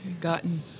gotten